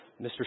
Mr